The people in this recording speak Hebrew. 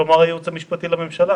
כלומר הייעוץ המשפטי לממשלה?